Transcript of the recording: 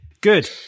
Good